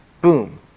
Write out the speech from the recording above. Boom